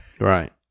Right